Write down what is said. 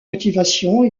motivation